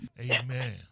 amen